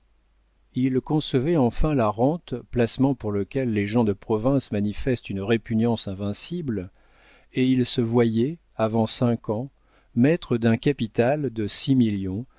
il concevait enfin la rente placement pour lequel les gens de province manifestent une répugnance invincible et il se voyait avant cinq ans maître d'un capital de six millions